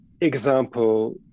example